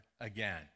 again